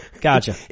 Gotcha